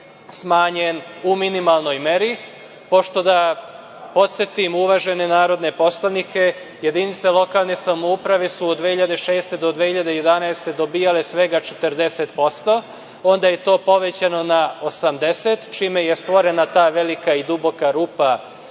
smanjen u minimalnoj meri pošto, da podsetim uvažene narodne poslanike, jedinice lokalne samouprave su od 2006. do 2011. godine dobijale svega 40%, onda je to povećano na 80%, čime je stvorena ta velika i duboka rupa